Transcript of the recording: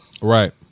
Right